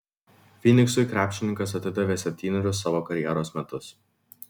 fyniksui krepšininkas atidavė septynerius savo karjeros metus